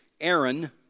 Aaron